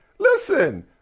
Listen